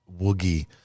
woogie